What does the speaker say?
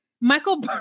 Michael